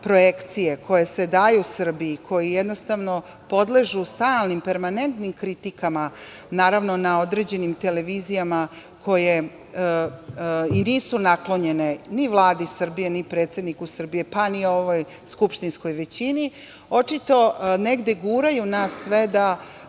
projekcije koje se daju Srbiji, koje jednostavno podležu stalnim, permanentnim kritikama na određenim televizijama koje i nisu naklonjene ni Vladi Srbije, ni predsedniku Srbije, pa ni ovoj skupštinskoj većini, očito negde guraju nas sve da